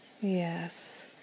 Yes